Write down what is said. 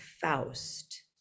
faust